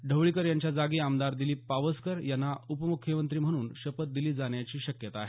ढवळीकर यांच्या जागी आमदार दीपक पावसकर यांना उपमुख्यमंत्री म्हणून शपथ दिली जाण्याची शक्यता आहे